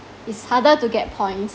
it's harder to get points